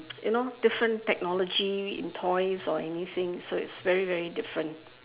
you know different technology in toys or anything so it's very very different